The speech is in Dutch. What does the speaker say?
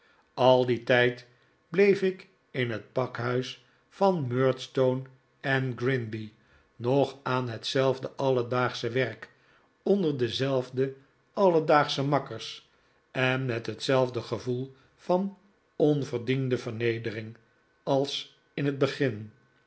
al dien tijd bleef ik in het pakhuis van david copperfield murdstone eii grinby nog aan hetzelfde alledaagsche werk onder dezelfde alledaagsche makkers en met hetzelfde gevoel van onyerdiende vernedering als in het begin